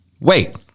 wait